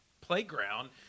playground